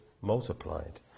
multiplied